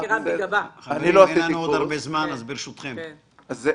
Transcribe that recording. זה אחד.